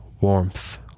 warmth